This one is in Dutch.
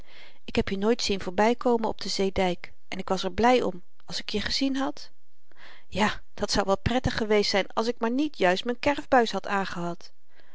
ik heb je nooit zien voorbykomen op den zeedyk en ik was er bly om als ik je gezien had ja dat zou wel prettig geweest zyn als ik maar niet juist m'n kerfbuis had aangehad